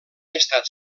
estat